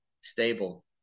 stable